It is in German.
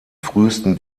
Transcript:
frühesten